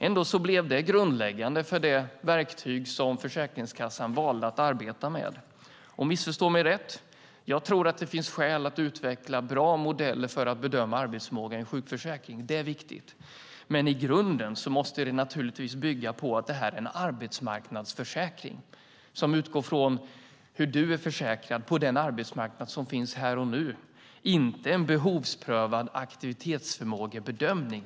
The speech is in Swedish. Ändå blev det grundläggande för det verktyg som Försäkringskassan valde att arbeta med. Missförstå mig rätt: Jag tror att det finns skäl att utveckla bra modeller för att bedöma arbetsförmåga i en sjukförsäkring. Det är viktigt. Men i grunden måste det naturligtvis bygga på att det här är en arbetsmarknadsförsäkring som utgår från hur man är försäkrad på den arbetsmarknad som finns här och nu - inte en behovsprövad aktivitetsförmågebedömning.